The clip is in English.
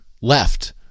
left